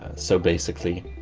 so basically